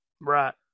Right